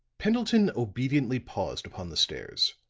pendleton obediently paused upon the stairs